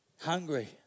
Hungry